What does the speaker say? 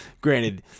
Granted